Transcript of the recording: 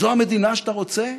זו המדינה שאתה רוצה,